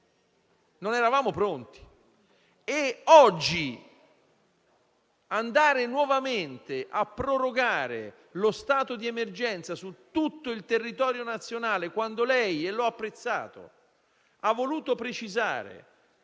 non eravamo pronti e oggi andare nuovamente a prorogare lo stato di emergenza su tutto il territorio nazionale, quando lei - e l'ho apprezzato - ha voluto precisare